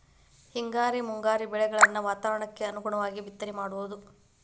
ಹಿಂಗಾರಿ ಮುಂಗಾರಿ ಬೆಳೆಗಳನ್ನ ವಾತಾವರಣಕ್ಕ ಅನುಗುಣವಾಗು ಬಿತ್ತನೆ ಮಾಡುದು